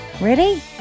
Ready